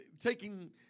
taking